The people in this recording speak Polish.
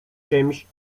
czymś